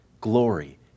glory